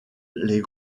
les